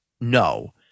No